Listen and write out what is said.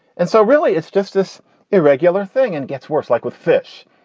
and so really, it's just this irregular thing and gets worse, like with fish.